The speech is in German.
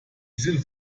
sind